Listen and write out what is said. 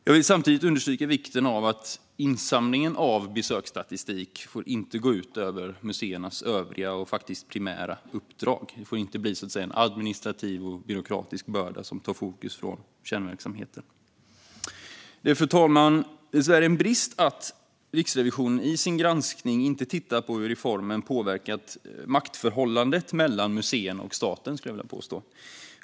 Jag vill samtidigt understryka vikten av att insamlingen av besöksstatistik inte går ut över museernas övriga och primära uppdrag. Det får inte bli en administrativ och byråkratisk börda som tar fokus från kärnverksamheten. Det är, fru talman, dessvärre en brist att Riksrevisionen i sin granskning inte tittat på hur reformen påverkat maktförhållandet mellan museerna och staten.